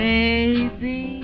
Baby